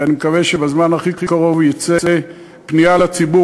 אני מקווה שבזמן הכי קרוב תצא פנייה לציבור